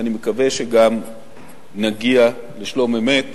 ואני מקווה שגם נגיע לשלום-אמת,